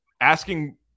asking